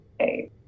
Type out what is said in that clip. Okay